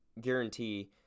guarantee